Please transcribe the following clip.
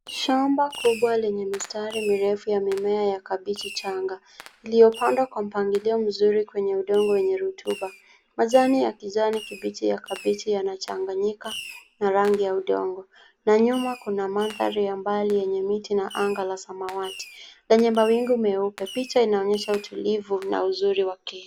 Shamba kubwa lenye mistari mirefu ya mimea ya kabichi changa iliyopandwa kwa mpangilio mzuri kwenye udongo wenye rutuba. Majani ya kijani kibichi ya kabichi yanachanganyika na rangi udongo, na nyuma kuna mandhari ya mbali yenye miti na anga la samawati lenye mawingu meupe. Picha inaonyesha utulivu na uzuri wa kilimo.